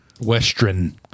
Western